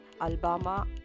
Alabama